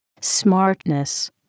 smartness